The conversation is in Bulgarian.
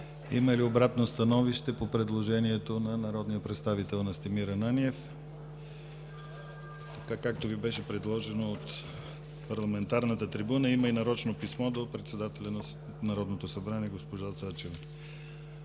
Има ли обратно становище по предложението на народния представител Настимир Ананиев, така както Ви беше предложено от парламентарната трибуна? Има и нарочно писмо до председателя на Народното събрание госпожа Цачева.